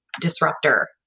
disruptor